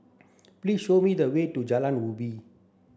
please show me the way to Jalan Ubi